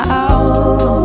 out